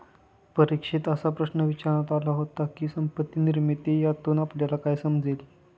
परीक्षेत असा प्रश्न विचारण्यात आला होता की, संपत्ती निर्मिती यातून आपल्याला काय समजले?